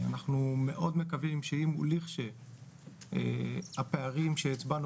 אנחנו מאוד מקווים שכאשר הפערים שהצבענו